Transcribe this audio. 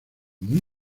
muy